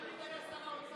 כשיאיר לפיד היה שר האוצר,